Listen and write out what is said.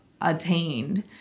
attained